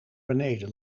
beneden